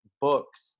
books